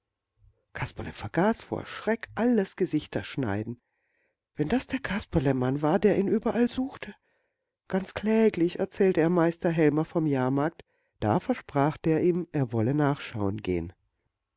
kasperle vergaß vor schreck alles gesichterschneiden wenn das der kasperlemann war der ihn überall suchte ganz kläglich erzählte er meister helmer vom jahrmarkt da versprach der ihm er wolle nachschauen gehen